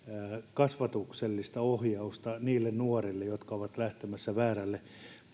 kasvatuksellista ohjausta niille nuorille jotka ovat lähtemässä väärälle